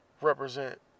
represent